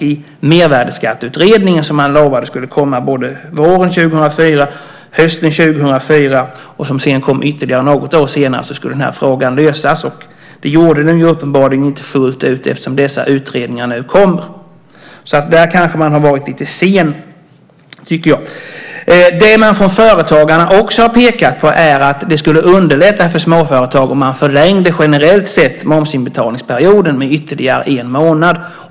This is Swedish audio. I Mervärdesskatteutredningen, som man lovade skulle komma både våren 2004 och hösten 2004 och som sedan kom ytterligare något år senare skulle frågan lösas. Det gjorde den uppenbarligen inte fullt ut eftersom dessa utredningar nu kommer. Där kanske man har varit lite sen, tycker jag. Företagarna har också pekat på att det skulle underlätta för småföretag om man generellt sett förlängde momsinbetalningsperioden med ytterligare en månad.